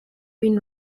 been